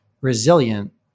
resilient